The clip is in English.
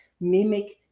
mimic